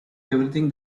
everything